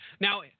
Now –